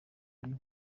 ari